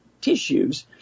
tissues